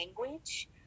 language